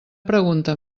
pregunta